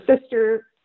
sister